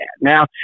Now